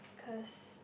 cause